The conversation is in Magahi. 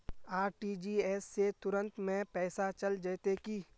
आर.टी.जी.एस से तुरंत में पैसा चल जयते की?